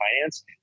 finance